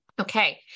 Okay